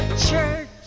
church